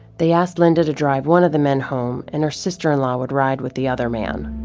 they asked linda to drive one of the men home, and her sister-in-law would ride with the other man.